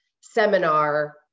seminar